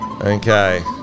Okay